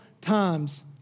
times